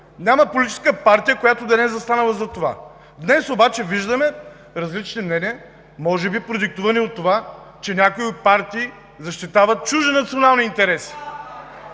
Няма политическа партия, която да не е застанала зад това. Днес обаче виждаме различни мнения, може би продиктувани от това, че някои партии защитават чужди национални интереси.